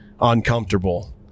uncomfortable